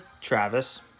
Travis